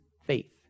faith